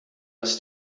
ist